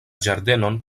ĝardenon